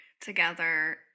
together